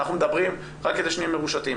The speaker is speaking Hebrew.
אנחנו מדברים רק שנהיה מרושתים,